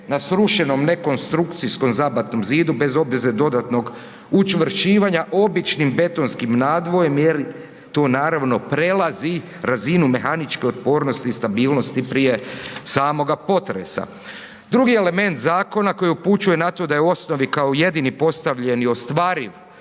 na srušenom ne konstrukcijskom zabatnom zidu bez obveze dodatnog učvršćivanja običnim betonskim nadvojem jer tu naravno prelazi razinu mehaničke otpornosti i stabilnosti prije samoga potresa. Drugi element zakona koji upućuje na to da je u osnovi kao jedini postavljeni ostvariv